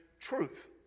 truth